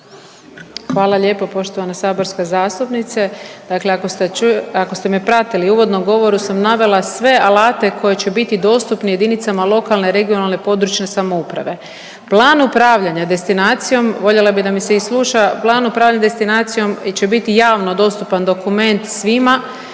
Hvala lijepo poštovana saborska zastupnice. Dakle ako ste .../nerazumljivo/... ako ste me pratili u uvodnom govoru sam navela sve alate koji će biti dostupni jedinicama lokalne i regionalne (područne) samouprave. Plan upravljanja destinacijom, voljela bih da me se i sluša, plan upravljanja destinacijom će biti jasno dostupan dokument svima